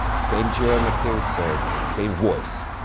same geometry, so same voice.